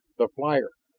the flyer!